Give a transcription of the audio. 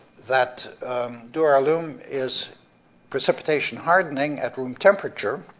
that duralumin is precipitation hardening at room temperature,